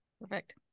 Perfect